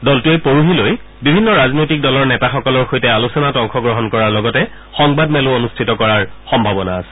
দলটোৱে পৰহিলৈ বিভিন্ন ৰাজনৈতিক দলৰ নেতাসকলৰ সৈতে আলোচনাত অংশগ্ৰহণ কৰাৰ লগতে সংবাদমেলো অনুষ্ঠিত কৰাৰ সম্ভাৱনা আছে